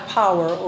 power